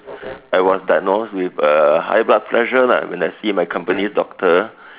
I was diagnosed with uh high blood pressure lah when I see my company's doctor